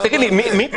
תגיד לי מי.